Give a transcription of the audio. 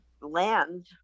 land